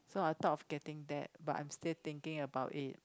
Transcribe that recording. so I thought of getting that but I'm still thinking about it